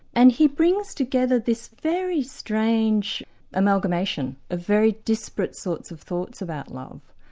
and he brings together this very strange amalgamation of very disparate sorts of thoughts about love.